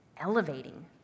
elevating